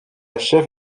chef